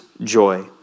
joy